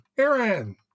Aaron